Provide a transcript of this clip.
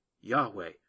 Yahweh